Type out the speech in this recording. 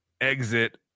exit